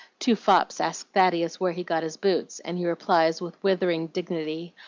two fops ask thaddeus where he got his boots, and he replies, with withering dignity,